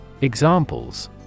Examples